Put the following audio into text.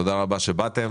תודה רבה שבאתם.